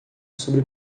sobre